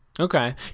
Okay